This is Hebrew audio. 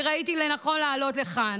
אני ראיתי לנכון לעלות לכאן.